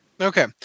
Okay